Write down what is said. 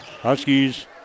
Huskies